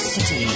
City